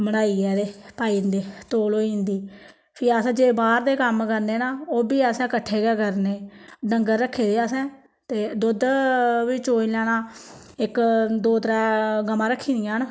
बनाइयै ते पाई दिंदे तौल होई जंदी फिर अस जे बाहर देम्म करने ना ओह्ब्बी असें कट्ठे के करने डंगर रक्खे दे असें ते दोध बी चोई लैना इक दो त्रै गमां रक्खी दियां न